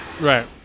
right